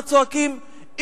נא לא להפריע.